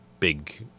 Big